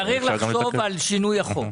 צריך לחשוב על שינוי החוק.